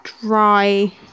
Dry